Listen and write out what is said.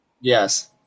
yes